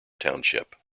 township